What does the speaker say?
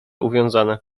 uwiązane